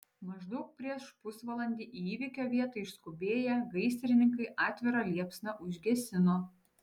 maždaug prieš pusvalandį į įvykio vietą išskubėję gaisrininkai atvirą liepsną užgesino